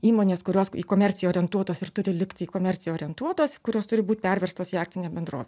įmonės kurios į komerciją orientuotos ir turi likti į komerciją orientuotos kurios turi būt pervestos į akcinę bendrovę